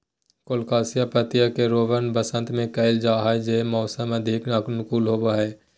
colocasia पत्तियां के रोपण वसंत में कइल जा हइ जब मौसम अधिक अनुकूल होबो हइ